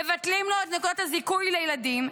מבטלים לו את נקודות הזיכוי לילדים,